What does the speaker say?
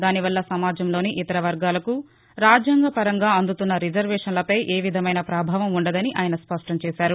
దానివల్ల సమాజంలోని ఇతర వర్గాలకు రాజ్యాంగ పరంగా అందుతున్న రిజర్వేషన్లపై ఏవిధమైన ప్రభావం ఉండదని ఆయన స్పష్టం చేశారు